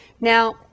Now